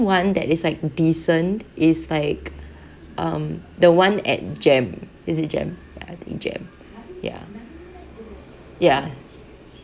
one that is like decent is like um the one at JEM is it JEM ya I think JEM ya ya